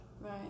right